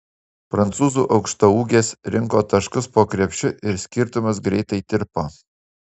prancūzių aukštaūgės rinko taškus po krepšiu ir skirtumas greitai tirpo